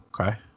okay